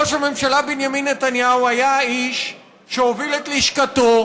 ראש הממשלה בנימין נתניהו היה האיש שהוביל את לשכתו